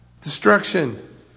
destruction